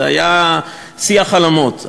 זה היה שיא החלומות.